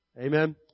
Amen